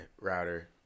router